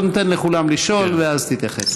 קודם כול תן לכולם לשאול ואז תתייחס.